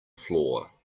floor